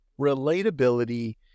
relatability